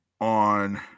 on